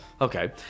Okay